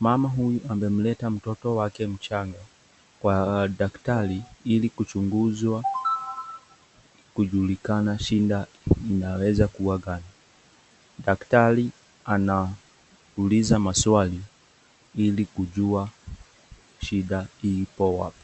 Mama huyu amemleta mtoto wake mchanga kwa daktari ili kuchunguzwa, kujulikana shida inaweza kuwa gani. Daktari anauliza maswali ili kujua shida hii iko wapi.